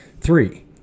Three